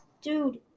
Dude